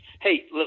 Hey